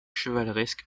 chevaleresque